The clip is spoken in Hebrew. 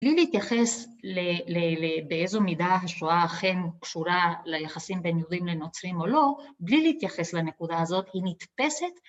בלי להתייחס לאיזו מידה השואה אכן קשורה ליחסים בין יהודים לנוצרים או לא, בלי להתייחס לנקודה הזאת, היא נתפסת.